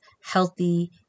healthy